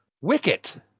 Wicket